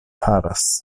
faras